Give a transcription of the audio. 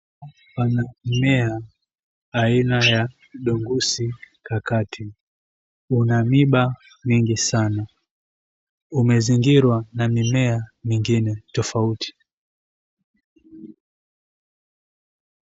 Pana mmea aina ya dongusi katikati. Una miiba mingi sana. Umezungirwa na mimea mingine tofauti.